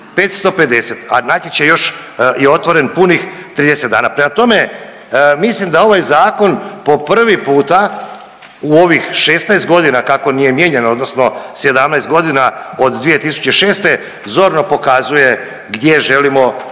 a natječaj još je otvoren punih 30 dana. Prema tome, mislim da ovaj zakon po prvi puta u ovih 16 godina kako nije mijenjano odnosno 17 godina od 2006. zorno pokazuje gdje želimo da